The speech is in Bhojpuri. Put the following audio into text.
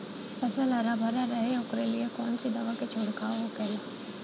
फसल हरा भरा रहे वोकरे लिए कौन सी दवा का छिड़काव होखेला?